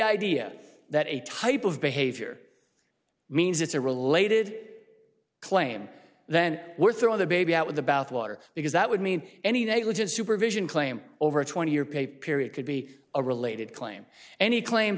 idea that a type of behavior means it's a related claim then we're throwing the baby out with the bathwater because that would mean any negligent supervision claim over a twenty year pay period could be a related claim any claim